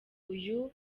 uyu